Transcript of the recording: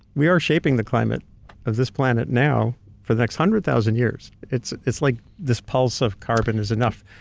we are shaping the climate of this planet now for the next one hundred thousand years. it's it's like this pulse of carbon is enough.